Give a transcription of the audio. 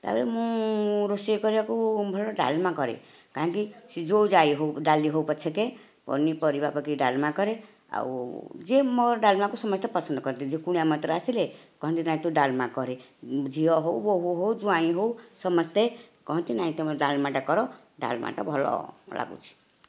ତା'ପରେ ମୁଁ ରୋଷେଇ କରିବାକୁ ଭଲ ଡାଲମା କରେ କାହିଁକି ସେ ଯେଉଁ ଜାଇ ହେଉ ଡାଲି ହେଉ ପଛକେ ପନିପରିବା ପକେଇ ଡାଲମା କରେ ଆଉ ଯିଏ ମୋର ଡାଲମାକୁ ସମସ୍ତେ ପସନ୍ଦ କରନ୍ତି ଯିଏ କୁଣିଆ ମୈତ୍ର ଆସିଲେ କ'ଣ ଯେ ନାଇଁ ତୁ ଡାଲମା କରେ ଝିଅ ହେଉ ବୋହୂ ହେଉ ଜ୍ୱାଇଁ ହେଉ ସମସ୍ତେ କୁହନ୍ତି ନାଇଁ ତୁମେ ଡାଲମାଟା କର ଡାଲମାଟା ଭଲ ଲାଗୁଛି